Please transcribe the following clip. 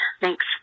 Thanks